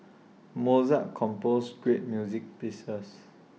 Mozart composed great music pieces